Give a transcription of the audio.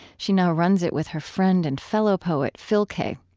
she now runs it with her friend and fellow poet phil kaye.